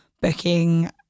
booking